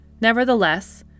Nevertheless